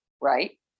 right